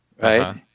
right